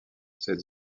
cette